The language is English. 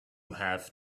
have